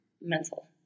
mental